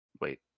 Wait